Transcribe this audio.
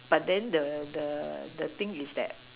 but then the the the thing is that